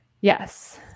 Yes